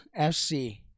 FC